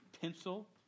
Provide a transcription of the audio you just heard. pencil